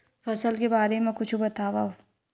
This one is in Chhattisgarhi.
फसल के बारे मा कुछु बतावव